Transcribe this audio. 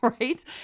right